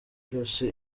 byose